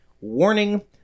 Warning